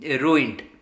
ruined